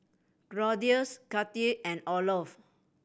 Claudius Kathi and Olof